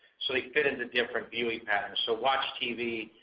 so they fit into different viewing pattern. so watchtv,